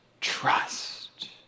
trust